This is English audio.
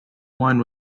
wine